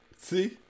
See